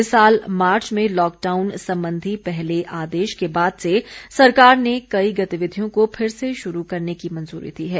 इस साल मार्च में लॉकडाउन सम्बंधी पहले आदेश के बाद से सरकार ने कई गतिविधियों को फिर से शुरू करने की मंजूरी दी है